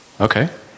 Okay